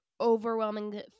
overwhelming